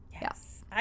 Yes